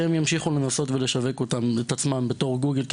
שהן ימשיכו לנסות ולשווק את עצמן ב-גוגל כי